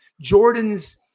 Jordan's